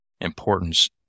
importance